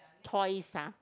toys ah